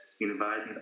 inviting